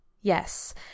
Yes